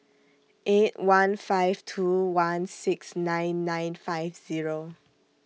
eight one five two one six nine nine five Zero